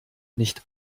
nicht